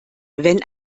wenn